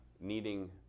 needing